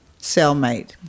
cellmate